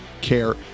care